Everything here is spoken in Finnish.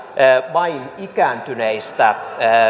vain ikääntyneistä